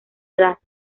edad